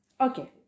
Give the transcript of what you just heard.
Okay